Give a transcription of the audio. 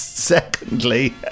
secondly